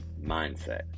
mindset